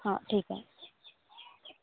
हा ठीक आहे